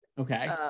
Okay